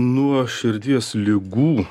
nuo širdies ligų